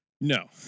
No